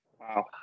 Wow